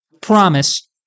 promise